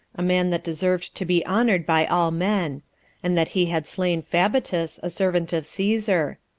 a man that deserved to be honored by all men and that he had slain fabatus, a servant of caesar.